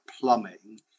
plumbing